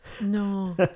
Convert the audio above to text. No